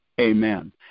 Amen